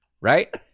right